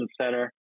center